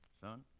son